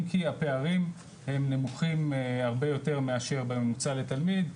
אם כי הפערים הם נמוכים הרבה יותר מאשר בממוצע לתלמיד.